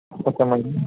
okay madam